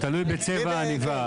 זה תלוי בצבע העניבה.